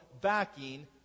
backing